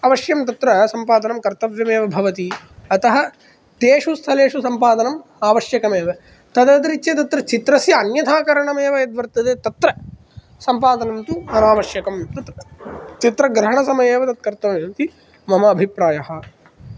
अवश्यं तत्र सम्पादनं कर्तव्यमेव भवति अतः तेषु स्थलेषु सम्पादनम् आवश्यकमेव तदतिरिच्य तत्र चित्रस्यान्यथाकरणम् एव यत् वर्तते तत्र सम्पादनं तु अनावश्यकं चित्रग्रहणसमये अपि तत् कर्तव्यम् इति मम अभिप्रायः